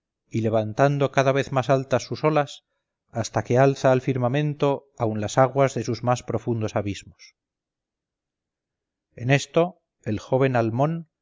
y levantando cada vez más altas sus olas hasta que alza al firmamento aun las aguas de sus más profundos abismos en esto el joven almón